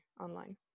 online